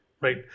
right